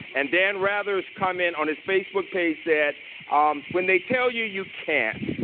and dan rather's comment on his facebook page said when they tell you you can't,